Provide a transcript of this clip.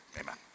Amen